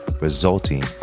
resulting